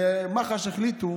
ומח"ש החליטו